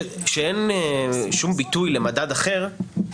כשאין שום ביטוי למדד אחר,